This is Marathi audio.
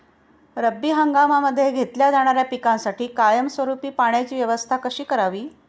रब्बी हंगामामध्ये घेतल्या जाणाऱ्या पिकांसाठी कायमस्वरूपी पाण्याची व्यवस्था कशी करावी?